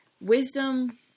wisdom